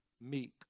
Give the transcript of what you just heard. meek